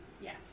Yes